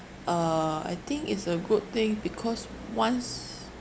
uh I think it's a good thing because once